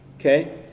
Okay